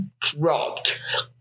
dropped